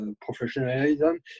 professionalism